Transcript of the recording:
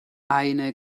eine